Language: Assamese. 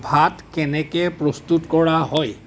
ভাত কেনেকৈ প্ৰস্তুত কৰা হয়